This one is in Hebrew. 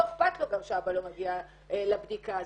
לא אכפת שהאבא לא מגיע לבדיקה הזאת.